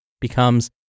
becomes